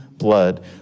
blood